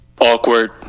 awkward